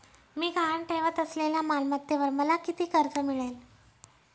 मी गहाण ठेवत असलेल्या मालमत्तेवर मला किती कर्ज मिळेल?